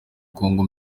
congo